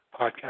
podcast